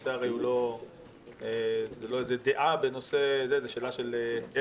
הנושא הרי הוא לא דעה בנושא, זה שאלה של מה